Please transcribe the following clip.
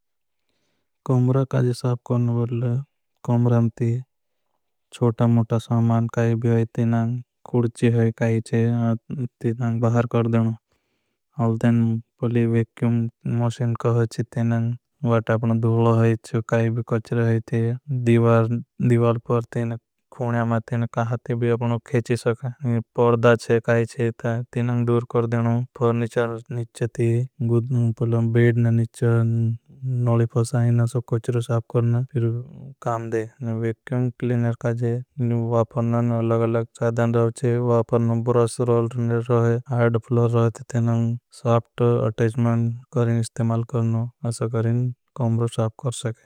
कमरा काजे साप करना बहुल कमरा में थी चोटा मुटा सामान काई भी। होई थी नां कुड़ची होई काई थी नां ती नां बाहर कर देनों तेन परले। वेक्क्यूम मोशीन को होई थी ती नां वाट अपना दूलो होई थी काई भी। कॉचर होई थी दीवाल दीवाल पर थी नां कुण्या मां थी नां काहा थी। भी अपनों केची सके छे काई है थी नां ती नां दूर कर देनो निच थी। बेड नां निच नोली पोसा हैं असा कॉचर साप करना। फिर काम दे क्लिनर काजे वापर नां लगलाग साधान रहो थे नां ब्रॉस। रॉल्ड नेर रहे हाइड फ्लॉर रहो थे ती नां साफ्ट अटेज्में करें इस्तेमाल। करना असा करें कमरों साफ करे।